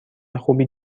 خوبی